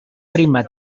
prima